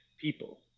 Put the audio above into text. people